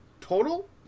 total